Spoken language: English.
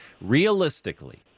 realistically